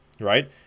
right